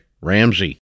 Ramsey